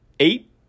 Eight